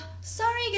sorry